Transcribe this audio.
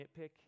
nitpick